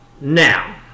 Now